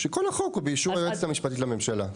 שכל החוק הוא באישור היועצת המשפטית לממשלה.